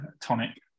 tonic